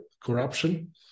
corruption